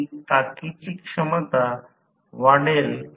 तर हळूहळू ते वाढवता येते